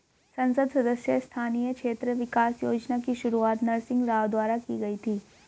संसद सदस्य स्थानीय क्षेत्र विकास योजना की शुरुआत नरसिंह राव द्वारा की गई थी